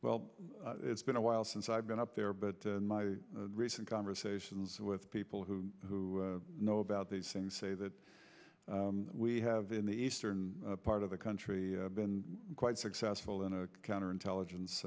well it's been a while since i've been up there but my recent conversations with people who who know about these things say that we have in the eastern part of the country been quite successful in counterintelligence